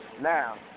Now